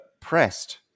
pressed